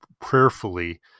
prayerfully